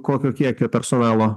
kokio kiekio personalo